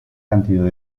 cantidad